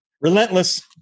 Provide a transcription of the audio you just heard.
Relentless